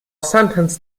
sentence